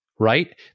right